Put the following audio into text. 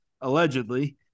allegedly